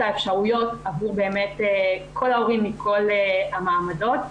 האפשרויות עבור כל ההורים מכל המעמדות.